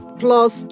plus